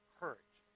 courage